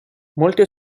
molte